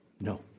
No